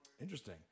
Interesting